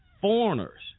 foreigners